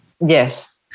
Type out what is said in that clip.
Yes